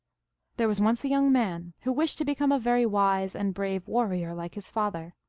there was once a young man who wished to be come a very wise and brave warrior, like his father.